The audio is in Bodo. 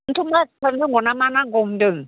बेनोथ' माजबाद नांगौना मा नांगौ होनदों